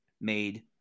made